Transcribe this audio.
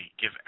give